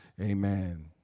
Amen